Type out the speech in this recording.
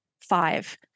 five